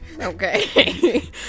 Okay